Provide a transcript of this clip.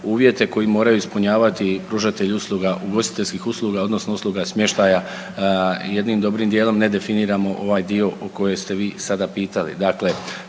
uvjete koji moraju ispunjavati pružatelji usluga, ugostiteljskih usluga odnosno usluga smještaja jednim dobrim dijelom ne definiramo ovaj dio o kojem ste vi sada pitali.